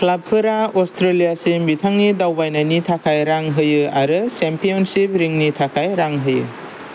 क्लाबफोरा अस्ट्रेलियासिम बिथांनि दावबायनायनि थाखाय रां होयो आरो चेम्पियनशिप रिंनि थाखाय रां होयो